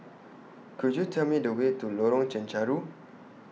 Could YOU Tell Me The Way to Lorong Chencharu